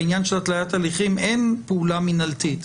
בעניין של התליית הליכים אין פעולה מינהלתית.